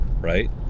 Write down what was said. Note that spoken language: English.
Right